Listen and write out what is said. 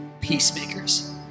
peacemakers